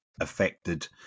Affected